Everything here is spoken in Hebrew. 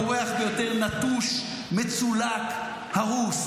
כשמתן צנגאוקר נלקח אל מתחת